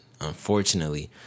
unfortunately